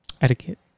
etiquette